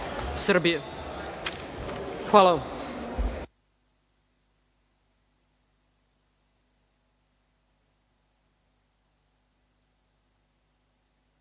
Hvala